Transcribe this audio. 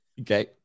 okay